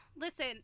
Listen